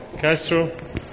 Castro